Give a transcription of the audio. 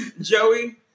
Joey